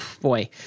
Boy